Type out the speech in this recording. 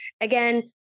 Again